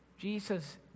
Jesus